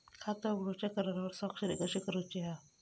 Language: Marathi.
खाता उघडूच्या करारावर स्वाक्षरी कशी करूची हा?